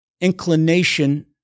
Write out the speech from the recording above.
inclination